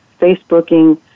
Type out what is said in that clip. Facebooking